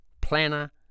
Planner